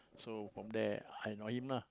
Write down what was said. so from there I know him lah